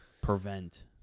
prevent